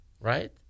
right